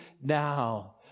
now